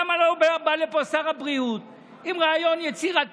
למה לא בא לפה שר הבריאות עם רעיון יצירתי,